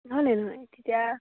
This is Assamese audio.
হয় নে নহয় তেতিয়া